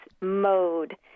mode